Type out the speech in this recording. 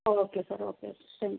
okay sir okay okay thank you